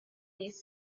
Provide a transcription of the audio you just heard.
these